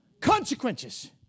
consequences